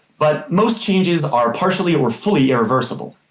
but most changes are partially or fully irreversible.